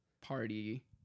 party